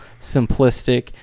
simplistic